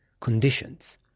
conditions